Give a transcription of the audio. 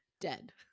Dead